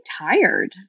tired